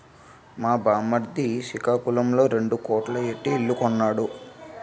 మా బామ్మర్ది సికాకులంలో రెండు కోట్లు ఎట్టి ఇల్లు కొన్నాడు